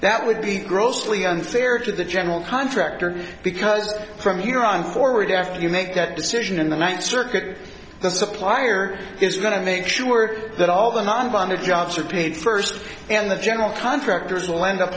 that would be grossly unfair to the general contractor because from here on forward after you make that decision in the ninth circuit the supplier is going to make sure that all the time on the jobs are paid first and the general contractors will end up